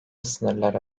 sınırları